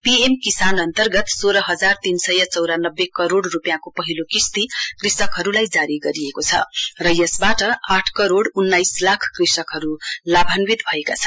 PM किसान अन्तर्गत सोह्र हजार तीन सय चौरानब्बे करोड़ रूपियाँको पहिलो किश्ती कृषकहरूलाई जारी गरिएको छ र यसबाट आठ करोड़ उन्नाइस लाख कृषकहरूलाभन्वित भएका छन्